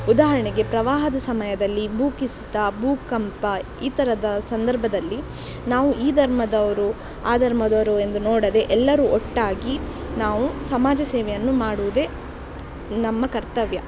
ಉದಾಹರಣೆಗೆ ಪ್ರವಾಹದ ಸಮಯದಲ್ಲಿ ಭೂಕುಸಿತ ಭೂಕಂಪ ಈ ಥರದ ಸಂದರ್ಭದಲ್ಲಿ ನಾವು ಈ ಧರ್ಮದವರು ಆ ಧರ್ಮದವರು ಎಂದು ನೋಡದೆ ಎಲ್ಲರೂ ಒಟ್ಟಾಗಿ ನಾವು ಸಮಾಜ ಸೇವೆಯನ್ನು ಮಾಡುವುದೇ ನಮ್ಮ ಕರ್ತವ್ಯ